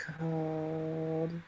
called